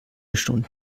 stunden